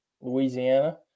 Louisiana